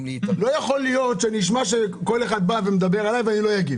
לא יכול להיות שמזכירים את שמי ואני לא אגיב.